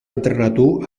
entrenatu